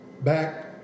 back